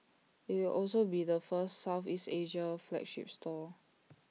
IT will also be the first Southeast Asia flagship store